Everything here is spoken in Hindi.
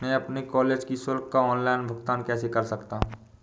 मैं अपने कॉलेज की शुल्क का ऑनलाइन भुगतान कैसे कर सकता हूँ?